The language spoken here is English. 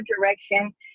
direction